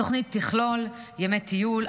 התוכנית תכלול ימי טיול,